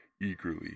eagerly